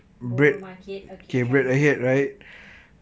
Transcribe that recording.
borong market okay trying to remember